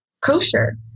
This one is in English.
kosher